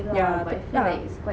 yeah tapi tak